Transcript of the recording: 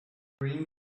during